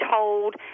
told